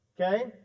Okay